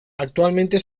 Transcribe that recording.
actualmente